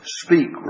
speak